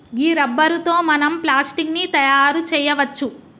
గీ rubber తో మనం plastic ని తయారు చేయవచ్చు